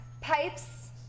pipes